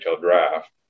draft